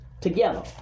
together